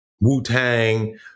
Wu-Tang